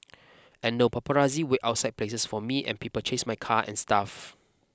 and now paparazzi wait outside places for me and people chase my car and stuff